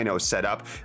setup